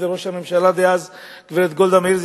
על-ידי ראש הממשלה דאז גברת גולדה מאיר,